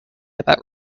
about